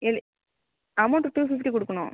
எழு amount two fifty கொடுக்கணும்